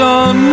on